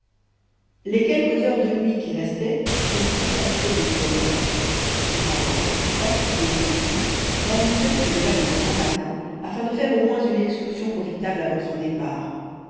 les quelques heures de nuit qui restaient furent consacrées au sommeil cependant si fatigué qu'il fut van mitten se leva de grand matin afin de faire au moins une excursion profitable avant son départ